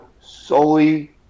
solely